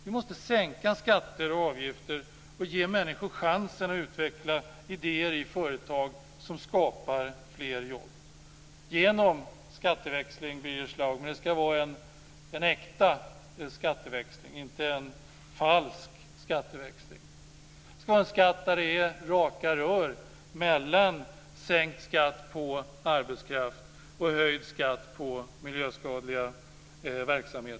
Vi måste sänka skatter och avgifter och ge människor chansen att utveckla idéer i företag som skapar fler jobb. Det ska ske genom skatteväxling, men det ska vara en äkta skatteväxling, Birger Schlaug, inte en falsk. Det ska vara en skatt där det är raka rör mellan sänkt skatt på arbetskraft och höjd skatt på miljöskadliga verksamheter.